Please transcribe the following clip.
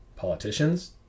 politicians